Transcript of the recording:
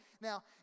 Now